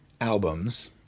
albums